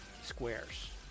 squares